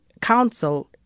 council